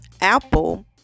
Apple